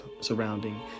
surrounding